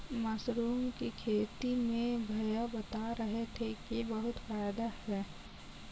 mushroom की खेती में भैया बता रहे थे कि बहुत फायदा है